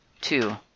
two